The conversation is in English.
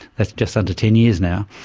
that's just under ten years now.